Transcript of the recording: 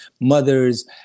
mother's